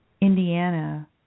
Indiana